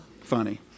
funny